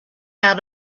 out